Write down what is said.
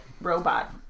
robot